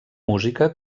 música